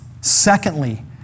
Secondly